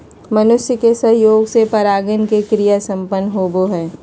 मनुष्य के सहयोग से परागण के क्रिया संपन्न होबो हइ